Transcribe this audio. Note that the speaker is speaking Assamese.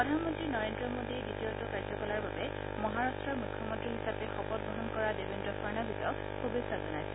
প্ৰধানমন্ত্ৰী নৰেন্দ্ৰ মোদীয়ে দ্বিতীয়টো কাৰ্যকালৰ বাবে মহাৰা্ট্টৰ মুখ্যমন্ত্ৰী হিচাপে শপতগ্ৰহণ কৰা দেৱেন্দ্ৰ ফড়নৱিছক শুভেচ্ছা জনাইছে